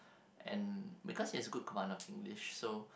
and because he has good command of English so